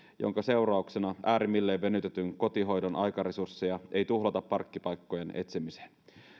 minkä seurauksena äärimmilleen venytetyn kotihoidon aikaresursseja ei tuhlata parkkipaikkojen etsimiseen